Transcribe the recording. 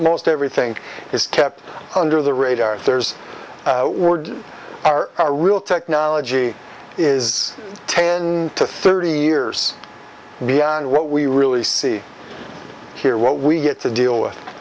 most everything is kept under the radar there's word our our real technology is ten to thirty years beyond what we really see here what we get to deal with